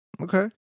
Okay